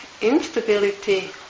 instability